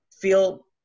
feel